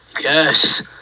yes